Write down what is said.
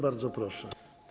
Bardzo proszę.